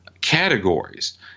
categories